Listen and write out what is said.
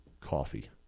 coffee